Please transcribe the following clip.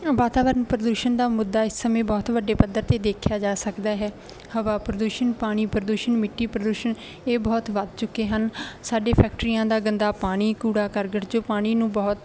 ਵਾਤਾਵਰਨ ਪ੍ਰਦੂਸ਼ਨ ਦਾ ਮੁੱਦਾ ਇਸ ਸਮੇਂ ਬਹੁਤ ਵੱਡੇ ਪੱਧਰ 'ਤੇ ਦੇਖਿਆ ਜਾ ਸਕਦਾ ਹੈ ਹਵਾ ਪ੍ਰਦੂਸ਼ਣ ਪਾਣੀ ਪ੍ਰਦੂਸ਼ਣ ਮਿੱਟੀ ਪ੍ਰਦੂਸ਼ਣ ਇਹ ਬਹੁਤ ਵੱਧ ਚੁੱਕੇ ਹਨ ਸਾਡੇ ਫੈਕਟਰੀਆਂ ਦਾ ਗੰਦਾ ਪਾਣੀ ਕੂੜਾ ਕਰਕਟ ਜੋ ਪਾਣੀ ਨੂੰ ਬਹੁਤ